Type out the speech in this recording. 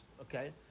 Okay